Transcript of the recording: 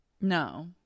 No